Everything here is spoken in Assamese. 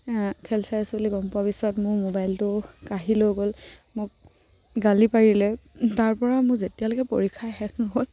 খেল চাই চলি গম পোৱাৰ পিছত মোৰ মোবাইলটো কাঢ়ি লৈ গ'ল মোক গালি পাৰিলে তাৰপৰা মোৰ যেতিয়ালৈকে পৰীক্ষা শেষ নহ'ল